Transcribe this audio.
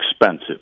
expensive